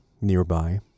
nearby